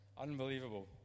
Unbelievable